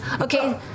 Okay